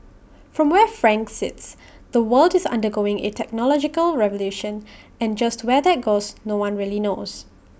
from where frank sits the world is undergoing A technological revolution and just where that goes no one really knows